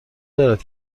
دارد